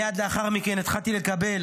מייד לאחר מכן התחלתי לקבל